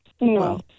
no